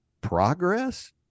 progress